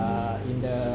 uh in the